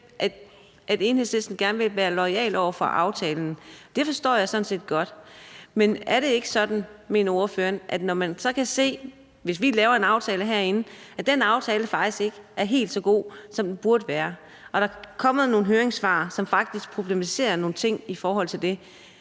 at Enhedslisten gerne vil være loyal over for aftalen. Det forstår jeg sådan set godt, men er det sådan, mener ordføreren, at når man så kan se, at den aftale, vi laver herinde, faktisk ikke er helt så god, som den burde være, og der er kommet nogle høringssvar, som faktisk problematiserer nogle ting i forhold til det,